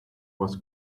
was